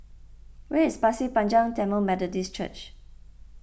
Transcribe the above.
where is Pasir Panjang Tamil Methodist Church